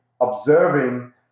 observing